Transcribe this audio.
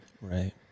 Right